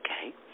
okay